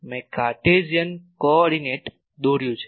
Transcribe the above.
તેથી મેં Cartesian coordinate દોર્યું છે